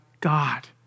God